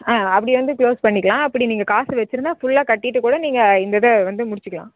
ஆ அப்படி வந்து குளோஸ் பண்ணிக்கலாம் அப்படி நீங்கள் காசு வச்சுருந்தா ஃபுல்லாக கட்டிகிட்டு கூட நீங்கள் இந்த இதை வந்து முடிச்சுக்கிலாம்